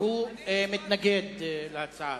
והוא מתנגד להצעה.